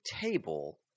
table